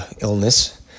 illness